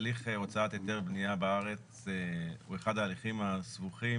הליך הוצאת היתר בנייה בארץ הוא אחד ההליכים הסבוכים,